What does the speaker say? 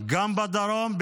גם בדרום,